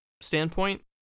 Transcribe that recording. standpoint